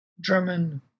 German